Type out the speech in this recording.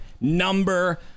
number